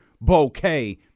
bouquet